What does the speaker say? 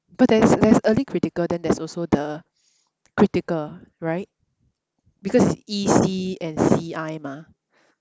but there's there's early critical then there's also the critical right because E_C and C_I mah